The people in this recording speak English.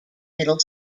middle